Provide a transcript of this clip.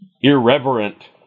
irreverent